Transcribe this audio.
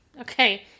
Okay